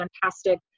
fantastic